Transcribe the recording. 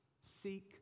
Seek